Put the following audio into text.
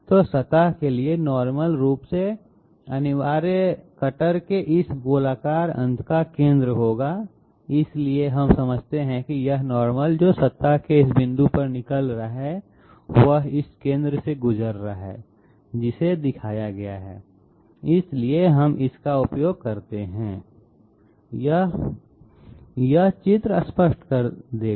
तो सतह के लिए नॉर्मल रूप से अनिवार्य रूप से कटर के इस गोलाकार अंत का केंद्र होगा इसलिए हम समझते हैं कि यह नॉर्मल जो सतह के इस बिंदु पर निकल रहा है वह इस केंद्र से गुजर रहा है जिसे दिखाया गया है इसलिए हम इसका उपयोग करते हैं यह यह चित्र स्पष्ट कर देगा